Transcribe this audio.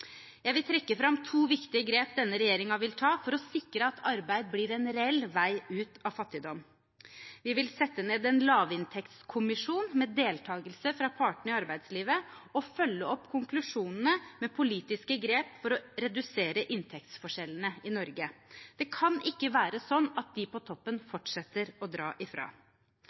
Jeg vil trekke fram to viktige grep denne regjeringen vil ta for å sikre at arbeid blir en reell vei ut av fattigdom. Vi vil sette ned en lavinntektskommisjon med deltakelse fra partene i arbeidslivet og følge opp konklusjonene med politiske grep for å redusere inntektsforskjellene i Norge. Det kan ikke være sånn at de på toppen fortsetter å dra ifra.